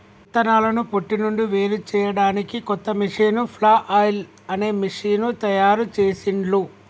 విత్తనాలను పొట్టు నుండి వేరుచేయడానికి కొత్త మెషీను ఫ్లఐల్ అనే మెషీను తయారుచేసిండ్లు